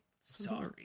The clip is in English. Sorry